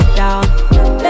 down